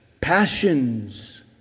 passions